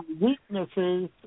weaknesses